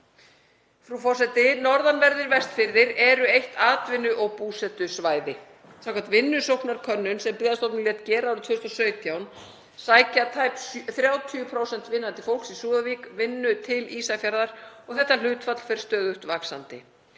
Frú forseti. Norðanverðir Vestfirðir eru eitt atvinnu- og búsetusvæði. Samkvæmt vinnusóknarkönnun sem Byggðastofnun lét gera árið 2017 sækja tæp 30% vinnandi fólks í Súðavík vinnu til Ísafjarðar og þetta hlutfall fer stöðugt vaxandi.